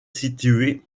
située